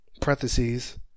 parentheses